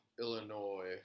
Illinois